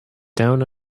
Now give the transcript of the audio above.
down